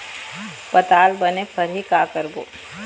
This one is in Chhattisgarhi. पताल बने फरही का करबो?